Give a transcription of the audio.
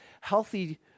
healthy